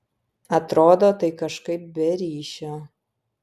atrodo tai kažkaip be ryšio